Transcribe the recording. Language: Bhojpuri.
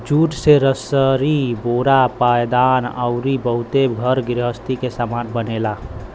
जूट से रसरी बोरा पायदान अउरी बहुते घर गृहस्ती के सामान बनेला